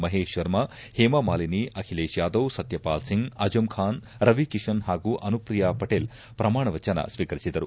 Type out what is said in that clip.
ಮಹೇಶ್ ಶರ್ಮಾ ಹೇಮಾಮಾಲಿನಿ ಅಖಿಲೇಶ್ ಯಾದವ್ ಸತ್ಲಪಾಲ್ ಸಿಂಗ್ ಅಜಂ ಖಾನ್ ರವಿ ಕಿಶನ್ ಹಾಗೂ ಅನುಪ್ರಿಯ ಪಟೇಲ್ ಪ್ರಮಾಣವಚನ ಸ್ವೀಕರಿಸಿದರು